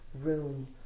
room